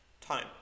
time